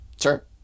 Sure